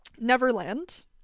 neverland